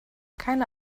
keine